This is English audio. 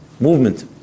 movement